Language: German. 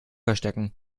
verstecken